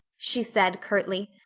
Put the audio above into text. she said curtly.